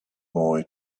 boy